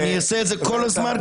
ואני אעשה את זה כל הזמן,